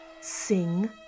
sing